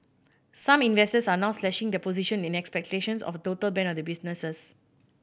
some investors are now slashing their position in expectations of a total ban of the businesses